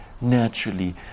naturally